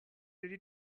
ready